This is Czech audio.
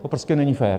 To prostě není fér.